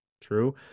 True